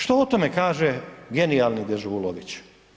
Što o tome kaže genijalni Dežulović?